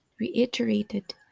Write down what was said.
reiterated